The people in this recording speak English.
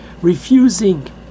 refusing